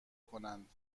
کنند